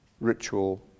ritual